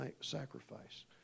sacrifice